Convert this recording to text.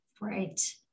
Right